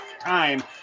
time